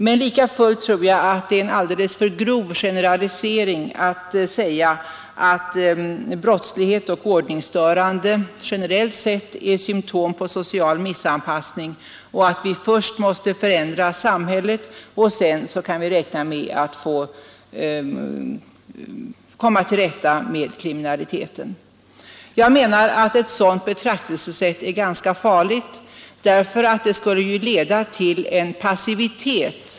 Men lika fullt tror jag att det är en alldeles för grov generalisering att säga att brottslighet och ordningsstörande alltid är symtom på social missanpassning och att vi först måste förändra samhället innan vi kan räkna med att komma till rätta med kriminaliteten. Jag menar att ett sådant betraktelsesätt är ganska farligt därför att det leder till passivitet.